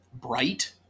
bright